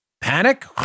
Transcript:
Panic